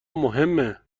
مهمه